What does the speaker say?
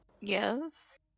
Yes